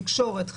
תקשורת,